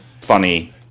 funny